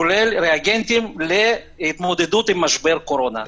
כולל ריאגנטים להתמודדות עם משבר הקורונה.